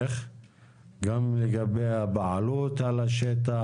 גם לגבי הבעלות על השטח,